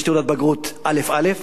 יש תעודת בגרות א"א,